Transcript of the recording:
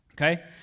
Okay